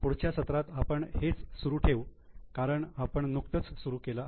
पुढच्या सत्रात आपण हेच सुरू ठेवू कारण आपण नुकतच सुरू केलं आहे